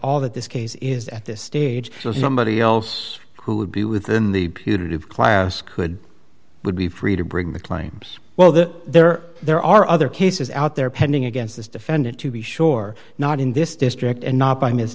all that this case is at this stage somebody else who would be within the punitive class could would be free to bring the claims well that there are there are other cases out there pending against this defendant to be sure not in this district and not by m